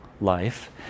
life